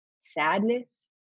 sadness